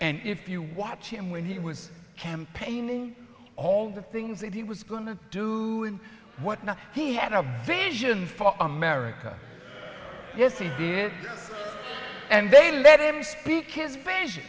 and if you watch him when he was campaigning all the things that he was going to do and what not he had a vision for america yes he did and they let him speak